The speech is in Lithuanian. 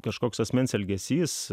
kažkoks asmens elgesys